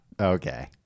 Okay